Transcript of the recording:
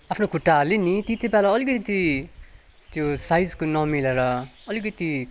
आफ्नो खुट्टा हालेँ नि त्यति बेला अलिकति त्यो साइजको नमिलेर अलिकति